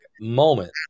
moment